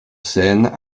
scène